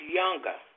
younger